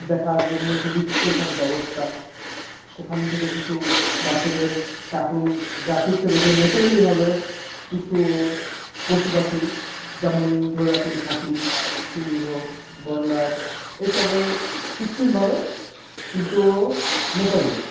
দেখার জন্য সুনির্দিষ্ট সব ব্যবস্থা সেখান থেকে কিছু বাচ্চাদের কার্টুন গ্রাফিক্সের উপরে ন্যাচারেলিভাবে কিছু পশু পাখি যেমন ধরে রাখুন হাতি সিংহ গন্ডার এইসবে কৃত্রিমভাবে কিন্তু ন্যাচারেলি